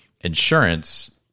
insurance